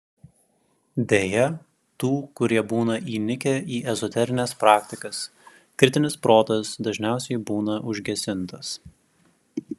deja tų kurie būna įnikę į ezoterines praktikas kritinis protas dažniausiai būna užgesintas